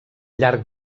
llarg